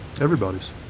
everybody's